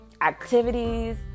activities